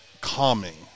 calming